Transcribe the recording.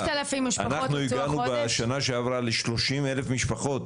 אנחנו הגענו בשנה שעברה ל-30 אלף משפחות,